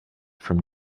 from